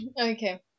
Okay